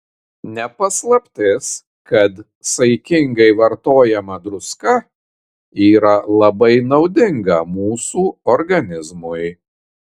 ne paslaptis kad saikingai vartojama druska yra labai naudinga mūsų organizmui